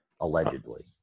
Allegedly